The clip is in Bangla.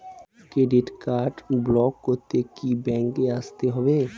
ক্রেডিট কার্ড ব্লক করতে কি ব্যাংকে আসতে হবে?